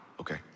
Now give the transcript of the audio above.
Okay